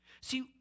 See